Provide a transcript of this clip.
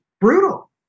brutal